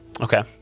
okay